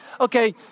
okay